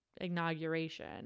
inauguration